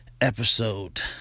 episode